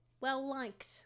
well-liked